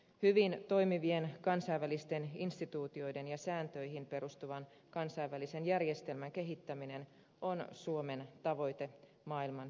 hyvin toimivien kansainvälisten instituutioiden ja sääntöihin perustuvan kansainvälisen järjestelmän kehittäminen on suomen tavoite maailman yhteinen haaste